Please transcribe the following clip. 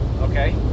Okay